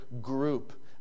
group